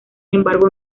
embargo